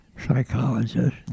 psychologist